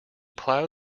plough